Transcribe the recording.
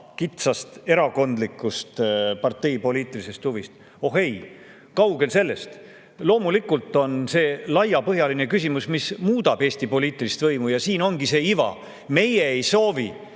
kitsast erakondlikust parteipoliitilisest huvist, siis oh ei, kaugel sellest. Loomulikult on see laiapõhjaline küsimus, mis muudab Eesti poliitilist võimu. Siin ongi see iva. Meie ei soovi,